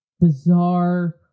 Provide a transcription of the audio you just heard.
bizarre